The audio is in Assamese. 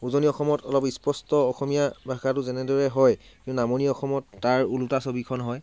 উজনি অসমত অলপ স্পষ্ট অসমীয়া ভাষাটো যেনেদৰে হয় কিন্তু নামনি অসমত তাৰ ওলোটা ছবিখন হয়